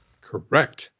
correct